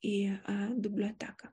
į a biblioteką